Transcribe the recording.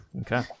okay